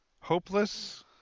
Hopeless